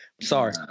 Sorry